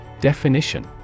Definition